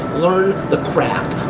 learn the craft.